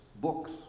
books